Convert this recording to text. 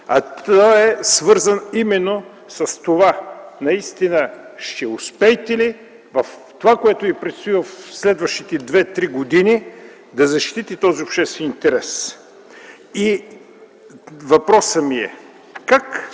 Той е свързан именно с това: наистина ще успеете ли в това, което ви предстои в следващите 2-3 години, да защитите този обществен интерес? Въпросът ми е: